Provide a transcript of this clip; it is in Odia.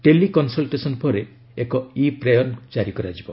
ଟେଲି କନ୍ସଲଟେସନ ପରେ ଏକ ଇ ପ୍ରେୟନ୍ ଜାରି କରାଯିବ